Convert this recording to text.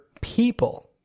people